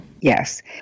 Yes